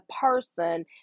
person